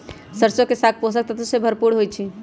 सरसों के साग पोषक तत्वों से भरपूर होई छई